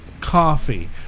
coffee